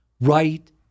right